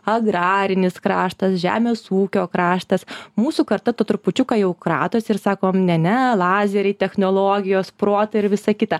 agrarinis kraštas žemės ūkio kraštas mūsų karta to trupučiuką jau kratosi ir sakom ne ne lazeriai technologijos protai ir visa kita